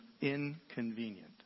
inconvenient